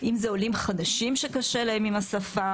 אם זה עולים חדשים שקשה להם עם השפה,